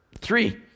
three